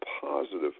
positive